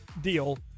deal